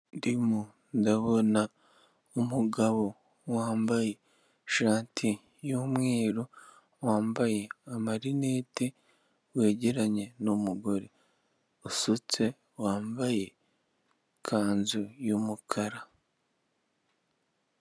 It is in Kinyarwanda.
Ndimo ndabona umugabo wambaye ishati y'umweru wambaye amarinete wegeranye n'umugore wasutse wambaye ikanzu y'umukara.